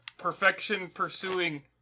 perfection-pursuing